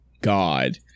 God